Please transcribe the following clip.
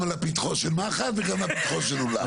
אחראי גם על פתחו של מחט וגם על פתחו של אולם.